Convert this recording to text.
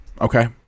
Okay